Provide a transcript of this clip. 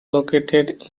located